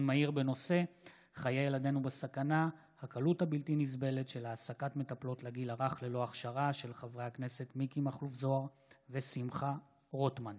מהיר בהצעתם של חברי הכנסת מיקי מכלוף זוהר ושמחה רוטמן